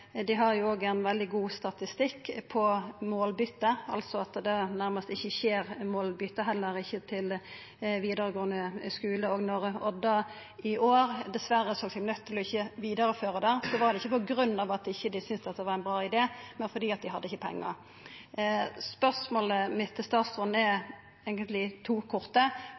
dei har også ein veldig god statistikk på målbyte, at det nærast ikkje skjer målbyte, heller ikkje ved overgang til vidaregåande skule. Når Odda i år dessverre såg seg nøydd til ikkje å vidareføra det, var det ikkje på grunn av at dei ikkje syntest det var ein bra idé, men fordi dei ikkje hadde pengar. Spørsmålet mitt til statsråden er eigentleg to korte: